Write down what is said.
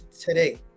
today